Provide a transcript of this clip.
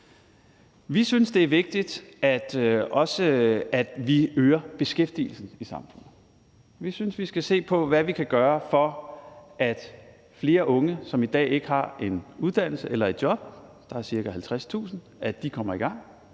Vi synes, det er vigtigt, at vi også øger beskæftigelsen i samfundet. Vi synes, vi skal se på, hvad vi kan gøre, for at flere unge, som i dag ikke har en uddannelse eller et job – der er ca. 50.000 – kommer i gang.